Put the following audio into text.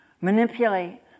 manipulate